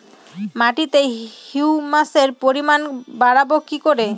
মাটিতে হিউমাসের পরিমাণ বারবো কি করে?